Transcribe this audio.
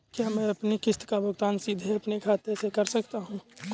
क्या मैं अपनी किश्त का भुगतान सीधे अपने खाते से कर सकता हूँ?